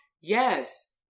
Yes